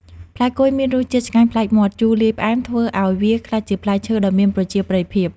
ផ្លែគុយមានរសជាតិឆ្ងាញ់ប្លែកមាត់ ជូរលាយផ្អែម ធ្វើឱ្យវាក្លាយជាផ្លែឈើដ៏មានប្រជាប្រិយភាព។